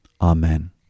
amen